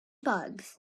bugs